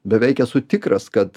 beveik esu tikras kad